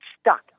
stuck